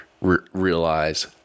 realize